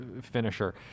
finisher